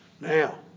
Now